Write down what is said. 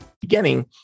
Beginning